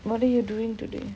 what are you doing today